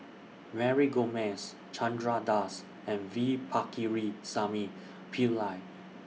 Mary Gomes Chandra Das and V Pakirisamy Pillai